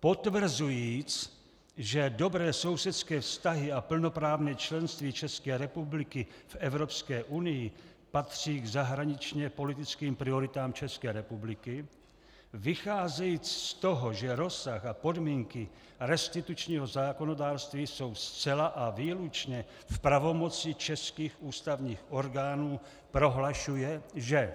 potvrzujíc, že dobré sousedské vztahy a plnoprávné členství České republiky v Evropské unii patří k zahraničněpolitickým prioritám České republiky, vycházejíc z toho, že rozsah a podmínky restitučního zákonodárství jsou zcela a výlučně v pravomoci českých ústavních orgánů, prohlašuje, že